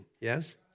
Yes